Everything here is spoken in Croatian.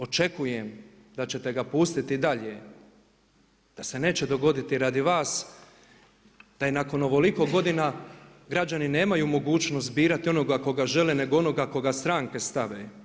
Očekujem da ćete ga pustiti dalje, da se neće dogoditi radi vas da i nakon ovoliko godina građani nemaju mogućnost birati onoga koga žele nego onoga koga stranke stave.